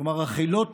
כלומר, החילות